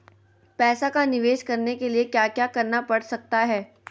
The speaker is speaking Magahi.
पैसा का निवेस करने के लिए क्या क्या करना पड़ सकता है?